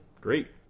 great